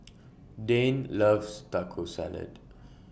Dane loves Taco Salad